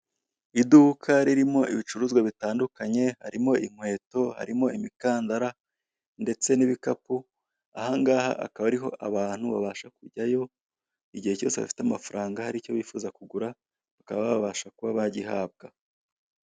Iduka ririmo ibicuruzwa bitandukanye, harimo inkweto, harimo imikandara ndetse n'ibikapu, aha ngaha akaba ariho abantu babasha kujyayo, igihe cyose bafite amafaranga hari icyo bifuza kugura, bakaba babasha kuba bagihabwa.